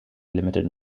limited